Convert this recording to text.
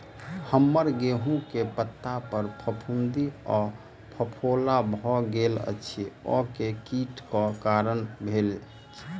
हम्मर गेंहूँ केँ पत्ता पर फफूंद आ फफोला भऽ गेल अछि, ओ केँ कीट केँ कारण भेल अछि?